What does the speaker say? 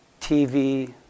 TV